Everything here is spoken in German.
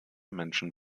menschen